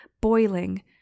boiling